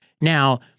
Now